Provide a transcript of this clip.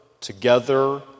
together